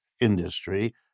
industry